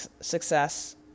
success